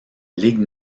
ligue